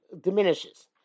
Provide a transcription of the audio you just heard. diminishes